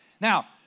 Now